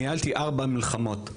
ניהלתי ארבע מלחמות: